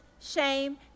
shame